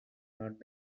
not